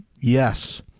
Yes